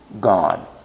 God